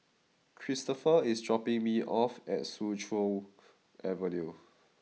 Christopher is dropping me off at Soo Chow Avenue